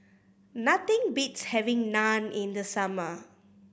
nothing beats having Naan in the summer